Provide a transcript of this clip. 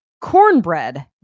cornbread